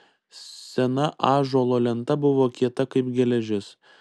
sena ąžuolo lenta buvo kieta kaip geležis